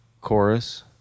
chorus